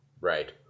Right